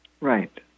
Right